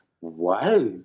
wow